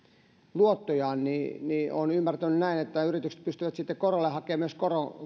luottojaan niin niin olen ymmärtänyt näin yritykset pystyvät sitten korolle hakemaan myös